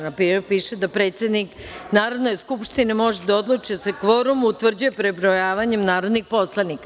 Na papiru piše da predsednik Narodne skupštine može da odluči da se kvorum utvrđuje prebrojavanjem narodnih poslanika.